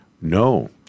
No